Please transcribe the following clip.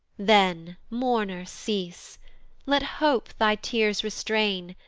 then, mourner, cease let hope thy tears restrain,